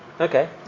Okay